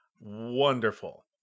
wonderful